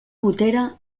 gotera